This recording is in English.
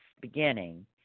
beginning